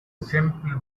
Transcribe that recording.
simple